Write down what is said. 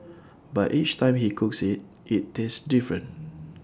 but each time he cooks IT it tastes different